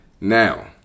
Now